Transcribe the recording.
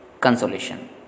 Consolation